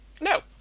No